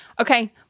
Okay